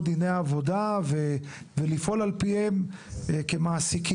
דיני עבודה ולפעול על פיהם כמעסיקים,